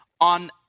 on